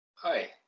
Hi